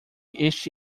este